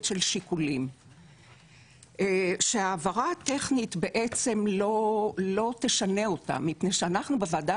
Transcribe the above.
של שיקולים שההעברה טכנית בעצם לא תשנה אותה מפני שאנחנו בוועדה